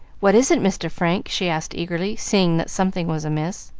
what is it, mr. frank? she asked eagerly, seeing that something was amiss.